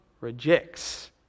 rejects